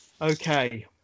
Okay